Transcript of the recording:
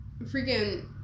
freaking